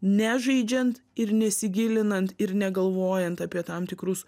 nežaidžiant ir nesigilinant ir negalvojant apie tam tikrus